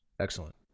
Excellent